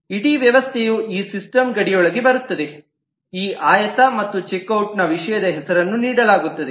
ಇಡೀ ವ್ಯವಸ್ಥೆಯು ಈ ಸಿಸ್ಟಮ್ ಗಡಿಯೊಳಗೆ ಬರುತ್ತದೆ ಈ ಆಯತ ಮತ್ತು ಚೆಕ್ ಔಟ್ನ ವಿಷಯದ ಹೆಸರನ್ನು ನೀಡಲಾಗುತ್ತದೆ